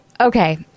Okay